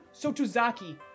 Sotuzaki